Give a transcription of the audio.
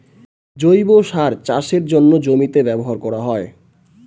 জৈব সার চাষের জন্যে জমিতে ব্যবহার করা হয়